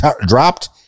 dropped